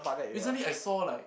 recently it I saw like